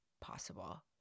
possible